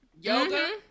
yoga